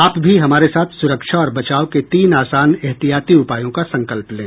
आप भी हमारे साथ सुरक्षा और बचाव के तीन आसान एहतियाती उपायों का संकल्प लें